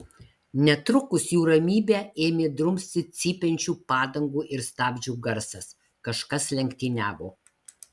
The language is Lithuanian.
netrukus jų ramybę ėmė drumsti cypiančių padangų ir stabdžių garsas kažkas lenktyniavo